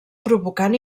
provocant